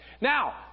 Now